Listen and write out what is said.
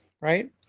right